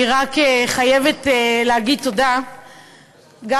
אני רק חייבת להגיד תודה גם,